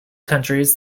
countries